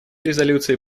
резолюции